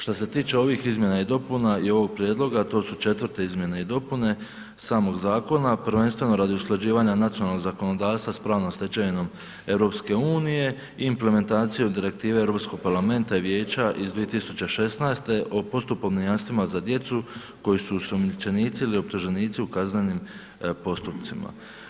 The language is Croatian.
Šta se tiče ovih izmjena i dopuna i ovog prijedloga to su 4.-te izmjene i dopune samog zakona prvenstveno radi usklađivanja nacionalnog zakonodavstva sa pravnom stečevinom EU implementaciju Direktive Europskog parlamenta i Vijeća iz 2016. o postupovnim jamstvima za djecu koji su osumnjičenici ili optuženici u kaznenim postupcima.